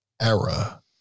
era